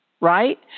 right